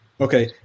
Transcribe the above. Okay